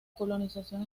colonización